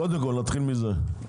קודם כל נתחיל מזה,